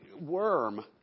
worm